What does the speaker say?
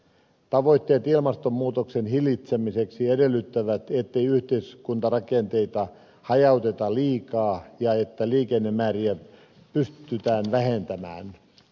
tavoitteet ilmastonmuutoksen hillitsemiseksi edellyttävät ettei yhteiskuntarakenteita hajauteta liikaa ja että liikennemääriä pystytään vähentämään